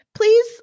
Please